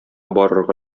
барырга